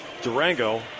Durango